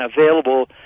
available